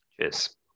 Cheers